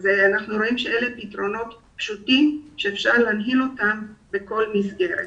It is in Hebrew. אנחנו רואים שאלו פתרונות פשוטים שאפשר להנחיל אותם בכל מסגרת.